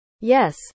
Yes